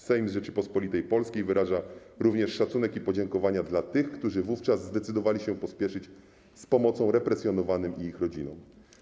Sejm Rzeczypospolitej Polskiej wyraża również szacunek i podziękowania dla tych, którzy wówczas zdecydowali się pośpieszyć z pomocą represjonowanym i ich rodzinom”